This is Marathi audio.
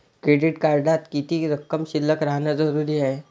क्रेडिट कार्डात किती रक्कम शिल्लक राहानं जरुरी हाय?